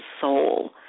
soul